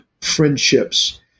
Friendships